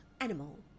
animal